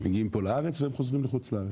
מגיעים פה לארץ והם חוזרים לחוץ לארץ.